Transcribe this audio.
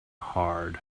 hard